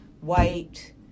white